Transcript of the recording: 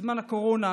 בזמן הקורונה,